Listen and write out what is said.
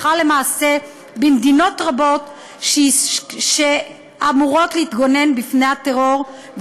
והדבר מתבצע הלכה למעשה במדינות רבות שאמורות להתגונן מפני הטרור.